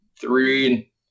three